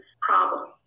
problem